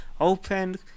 open